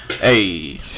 Hey